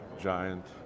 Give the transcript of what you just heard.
giant